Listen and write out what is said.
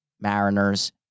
Mariners